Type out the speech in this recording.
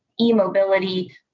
e-mobility